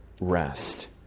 rest